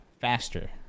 faster